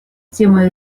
темой